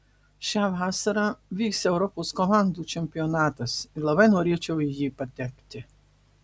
šią vasarą vyks europos komandų čempionatas ir labai norėčiau į jį patekti